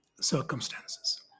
circumstances